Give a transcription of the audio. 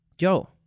yo